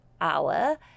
hour